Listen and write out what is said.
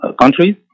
countries